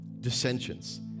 dissensions